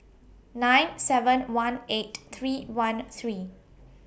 nine seven one eight three one three